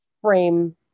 frame